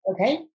Okay